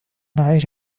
أعيش